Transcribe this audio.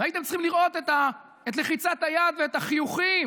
והייתם צריכים לראות את לחיצת היד ואת החיוכים